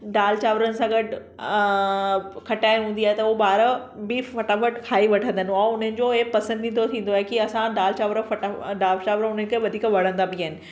दाल चांवरनि सां गॾु खटाइण हूंदी आहे त पोइ ॿार बि फ़टाफ़ट खाई वठंदा आहिनि ऐं ई हिनजो पसंदिदो थींदो आहे की असां दाल चांवर फ़टा दाल चांवर हुननि खे वधीक वणंदा बि आहिनि